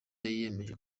yiyemeje